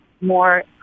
more